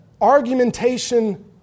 argumentation